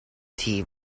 tea